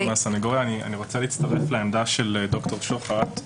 אני רוצה להצטרף לעמדה של דוקטור שוחט.